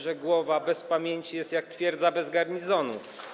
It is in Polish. że głowa bez pamięci jest jak twierdza bez garnizonu.